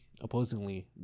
opposingly